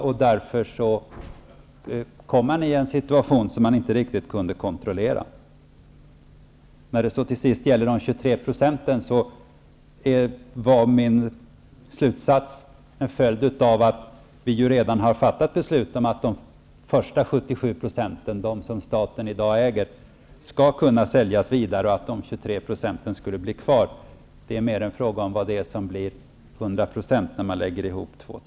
Därför hamnade man i en situation som man inte riktigt kunde kontrollera. När det till sist gäller dessa 23 %, var min slutsats en följd av att vi redan har fattat beslut om att de första 77 %, som staten i dag äger, skall kunna säljas vidare och att dessa 23 % skulle bli kvar. Det är mer en fråga om vad som blir 100 % när man lägger ihop det.